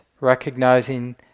recognizing